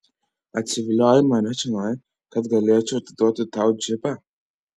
atsiviliojai mane čionai kad galėčiau atiduoti tau džipą